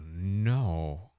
no